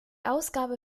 ausgabe